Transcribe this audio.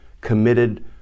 committed